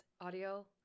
audio